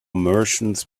merchants